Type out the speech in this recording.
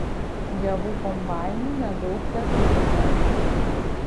javų kombainų nedaug teturime